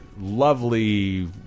lovely